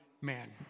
man